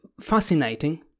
fascinating